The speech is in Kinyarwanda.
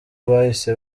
bahise